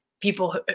people